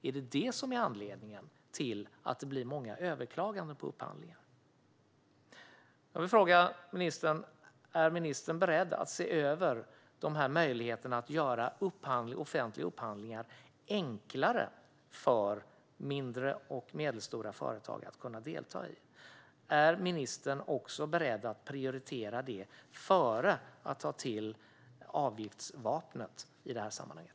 Är det detta som är anledningen till att många upphandlingar överklagas? Jag vill fråga ministern om han är beredd att se över möjligheten att göra det enklare för mindre och medelstora företag att delta i offentliga upphandlingar. Är ministern också beredd att prioritera detta framför att ta till avgiftsvapnet i det här sammanhanget?